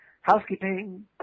Housekeeping